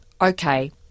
Okay